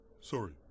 Sorry